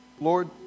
Lord